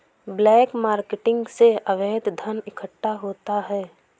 black marketing से अवैध धन इकट्ठा होता है